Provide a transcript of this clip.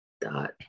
dot